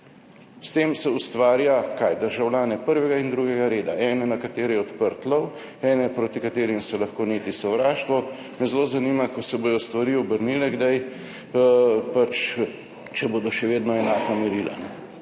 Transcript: S tem se ustvarja – kaj? Državljane prvega in drugega reda. Ene, na katere je odprt lov, ene, proti katerim se lahko neti sovraštvo. Me zelo zanima, ko se bodo stvari kdaj obrnile, če bodo še vedno enaka merila.